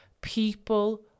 People